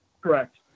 Correct